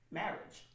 marriage